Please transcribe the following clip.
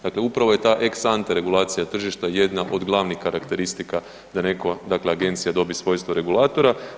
Dakle upravo je ta exenter regulacija tržišta jedna od glavnih karakteristika da netko dakle agencija dobije svojstvo regulatora.